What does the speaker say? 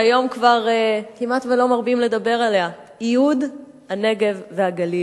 שהיום כבר לא מרבים לדבר עליה ייהוד הנגב והגליל,